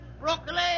broccoli